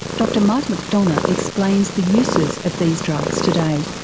dr mike mcdonough explains the uses of these drugs today.